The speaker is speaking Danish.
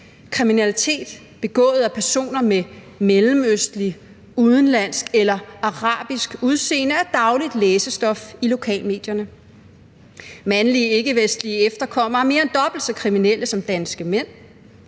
Kriminalitet begået af personer med mellemøstlig, udenlandsk eller arabisk udseende er dagligt læsestof i lokalmedierne. Mandlige ikkevestlige efterkommere er mere end dobbelt så kriminelle som danske mænd.